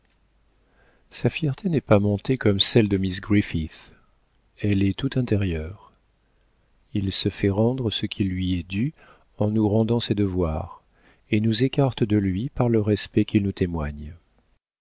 sa fierté n'est pas montée comme celle de miss griffith elle est tout intérieure il se fait rendre ce qui lui est dû en nous rendant ses devoirs et nous écarte de lui par le respect qu'il nous témoigne